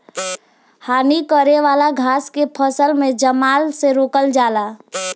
हानि करे वाला घास के फसल में जमला से रोकल जाला